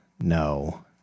no